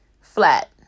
Flat